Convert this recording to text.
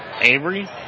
Avery